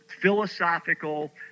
philosophical